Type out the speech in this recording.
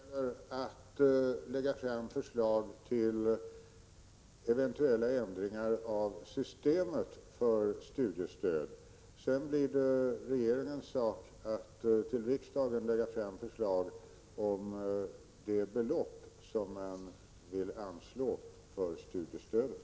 Herr talman! För studiemedelskommittén gäller att lägga fram förslag till eventuella ändringar i studiestödssystemet. Sedan är det regeringens sak att till riksdagen framlägga förslag om det belopp som man vill anslå för studiestödet.